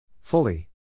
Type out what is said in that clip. Fully